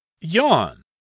Yawn